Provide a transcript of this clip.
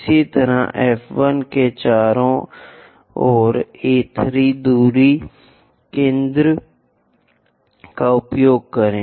इसी तरह F 1 के चारों ओर A 3 दूरी केंद्र का उपयोग करें